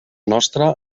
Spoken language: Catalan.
nostra